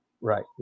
Right